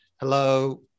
hello